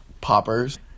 Poppers